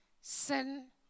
sin